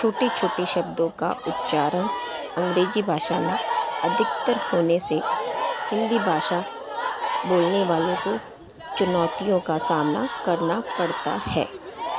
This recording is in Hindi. छोटे छोटे शब्दों का उच्चारण अंग्रेजी भाषा में अधिकतर होने से हिंदी भाषा बोलने वालों को चुनौतियों का सामना करना पड़ता है